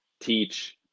teach